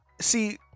see